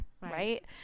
Right